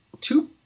two